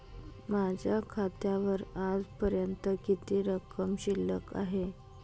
माझ्या खात्यावर आजपर्यंत किती रक्कम शिल्लक आहे?